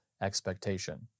expectation